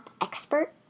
expert